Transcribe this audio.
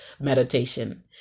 meditation